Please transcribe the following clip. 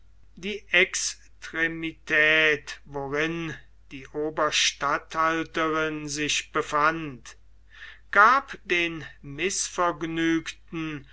die extremität worin die oberstatthalterin sich befand gab den mißvergnügten